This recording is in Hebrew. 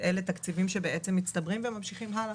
שאלה תקציבים שמצטברים וממשיכים הלאה.